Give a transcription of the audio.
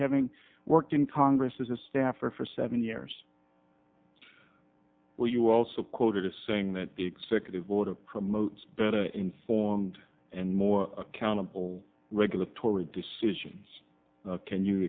having worked in congress as a staffer for seven years well you also quoted as saying that the executive order promotes informed and more accountable regulatory decisions can you